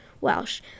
Welsh